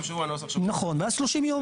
שהוא הנוסח --- נכון ואז 30 ימים.